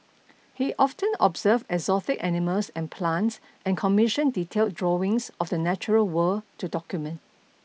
he often observed exotic animals and plants and commissioned detailed drawings of the natural world to document